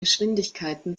geschwindigkeiten